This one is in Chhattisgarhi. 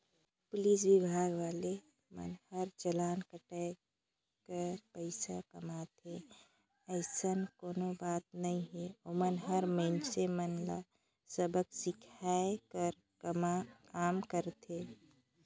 पुलिस विभाग वाले मन हर चलान कायट कर पइसा कमाथे अइसन कोनो बात नइ हे ओमन हर मइनसे मन ल सबक सीखये कर काम करथे